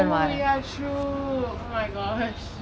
oh ya true oh my gosh